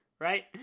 Right